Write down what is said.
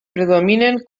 predominen